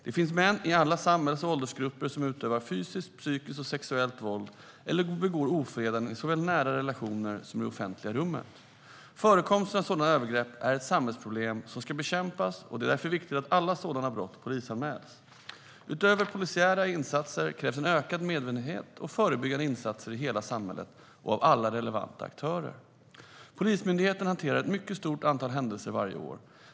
Det finns män i alla samhälls och åldersgrupper som utövar fysiskt, psykiskt och sexuellt våld eller begår ofredanden i såväl nära relationer som i det offentliga rummet. Förekomsten av sådana övergrepp är ett samhällsproblem som ska bekämpas, och det är därför viktigt att alla sådana brott polisanmäls. Utöver polisiära insatser krävs en ökad medvetenhet och förebyggande insatser i hela samhället och av alla relevanta aktörer. Polismyndigheten hanterar ett mycket stort antal händelser varje år.